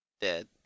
dead